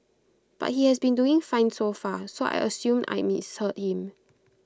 but he has been doing fine so far so I assumed I'd misheard him